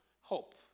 hope